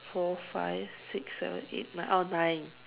four five six seven eight nine oh nine